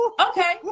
Okay